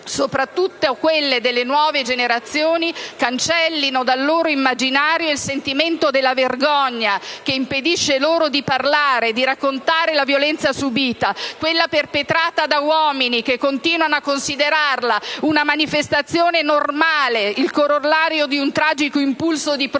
soprattutto quelle delle nuove generazioni, cancellino dal loro immaginario il sentimento della vergogna che impedisce loro di parlare, di raccontare la violenza subita, quella perpetrata da uomini che continuano a considerarla una manifestazione normale, il corollario di un tragico impulso di proprietà